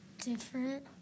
Different